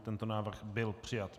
Tento návrh byl přijat.